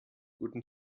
guten